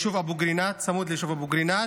צמוד ליישוב אבו קרינאת